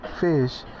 fish